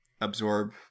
absorb